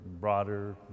broader